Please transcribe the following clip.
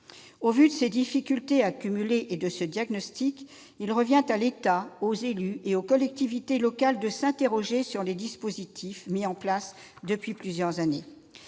Au vu de ces difficultés accumulées et de ce diagnostic, il revient à l'État, aux élus et aux collectivités locales de s'interroger sur les dispositifs mis en place depuis plusieurs années.